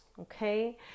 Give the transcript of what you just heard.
Okay